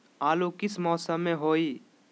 आलू किस मौसम में होई?